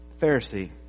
Pharisee